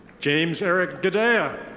james eric gadea.